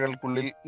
kulil